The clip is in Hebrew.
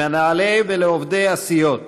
למנהלי ולעובדי הסיעות,